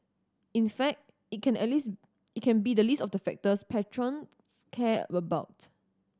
in fact it can earlies it can be the least of the factors patrons care about